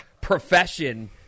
profession